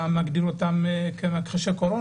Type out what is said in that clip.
את מכחישי קורונה?